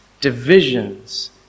divisions